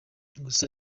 gusa